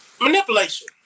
Manipulation